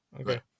okay